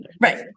right